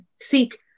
seek